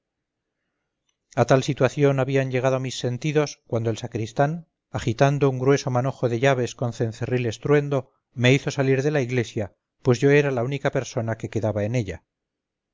a tal situación habían llegado mis sentidos cuando el sacristán agitando un grueso manojo de llaves con cencerril estruendo me hizo salir de la iglesia pues yo era la única persona que quedaba en ella